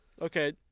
Okay